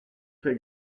fais